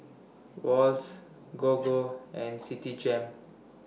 Wall's Gogo and Citigem